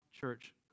church